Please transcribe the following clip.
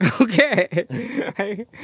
Okay